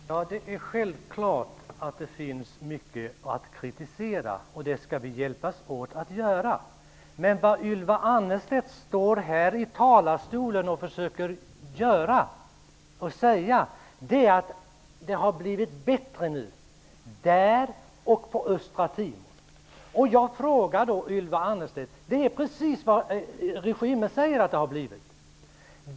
Herr talman! Det är självklart att det finns mycket att kritisera. Det skall vi hjälpas åt att göra. Men det Ylva Annerstedt står här i talarstolen och försöker säga är att det har blivit bättre i Indonesien och på Östra Timor. Det är precis vad regimen säger att det har blivit.